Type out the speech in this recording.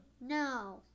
No